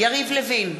יריב לוין,